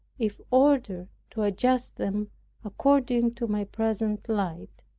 if ordered, to adjust them according to my present light.